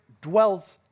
dwells